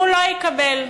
לא יקבל.